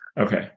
Okay